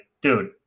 dude